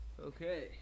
Okay